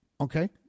Okay